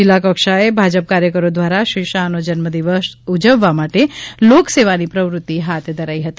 જિલ્લાકક્ષાએ ભાજપ કાર્યકરો દ્વારા શ્રી શાહનો જન્મદિવસ ઉજવવા માટે લોકસેવાની પ્રવૃત્તિ હાથ ધરાઇ હતી